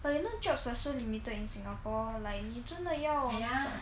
well you know jobs are so limited in singapore like 你真的要